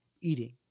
Eating